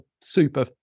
super